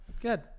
good